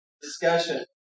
discussion